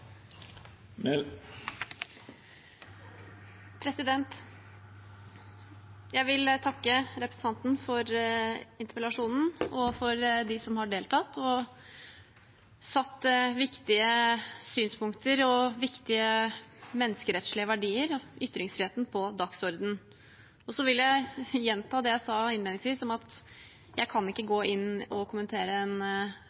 Jeg vil takke representanten for interpellasjonen, og takk til dem som har deltatt og har satt viktige synspunkter, viktige menneskerettslige verdier og ytringsfriheten på dagsordenen. Jeg vil gjenta det jeg sa innledningsvis om at jeg ikke kan gå